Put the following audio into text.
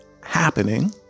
happening